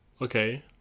Okay